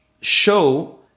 show